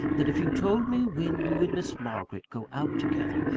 that, if you told me when you and miss margaret go out together,